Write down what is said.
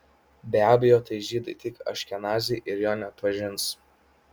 be abejo tai žydai tik aškenaziai ir jo neatpažins